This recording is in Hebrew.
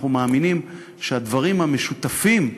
אנחנו מאמינים שהדברים המשותפים,